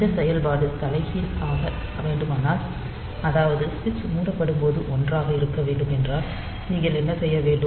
இந்த செயல்பாடு தலைகீழ் ஆக வேண்டுமானால் அதாவது சுவிட்ஸ் மூடப்படும் போது 1 ஆக இருக்க வேண்டும் என்றால் நீங்கள் என்ன செய்ய வேண்டும்